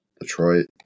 Detroit